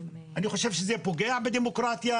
אני חושב שזה פוגע בדמוקרטיה,